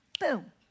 Boom